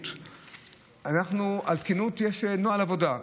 תקינות, לתקינות יש נוהל עבודה.